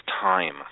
time